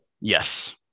Yes